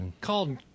called